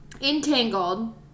Entangled